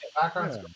Backgrounds